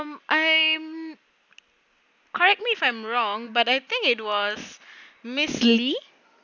mm I'm correct me if I'm wrong but I think it was miss lee